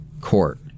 court